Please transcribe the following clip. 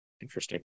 Interesting